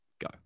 go